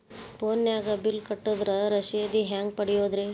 ಫೋನಿನಾಗ ಬಿಲ್ ಕಟ್ಟದ್ರ ರಶೇದಿ ಹೆಂಗ್ ಪಡೆಯೋದು?